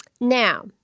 Now